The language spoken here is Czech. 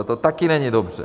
To taky není dobře.